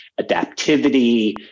adaptivity